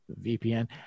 VPN